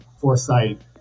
foresight